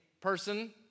person